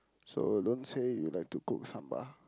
so don't say you like to cook sambal